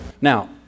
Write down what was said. Now